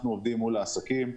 אנחנו עובדים מול עסקים,